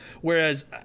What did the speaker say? whereas